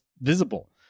visible